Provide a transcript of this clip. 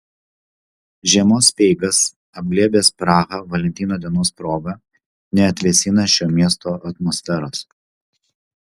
žiemos speigas apglėbęs prahą valentino dienos proga neatvėsina šio miesto atmosferos